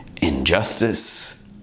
injustice